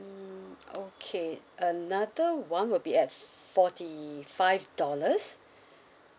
mm okay another one will be at forty five dollars